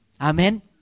Amen